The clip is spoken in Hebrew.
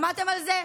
שמעתם על זה?